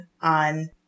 on